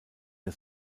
der